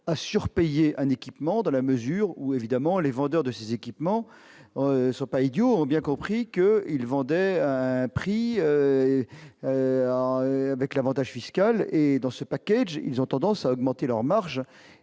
à surpayer un équipement dans la mesure où évidemment les vendeurs de ces équipements ne sont pas idiots ont bien compris qu'il vendait à prix avec l'Avantage fiscal et dans ce package, ils ont tendance à augmenter leurs marges